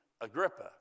Agrippa